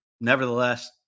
Nevertheless